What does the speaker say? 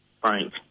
Frank